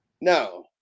No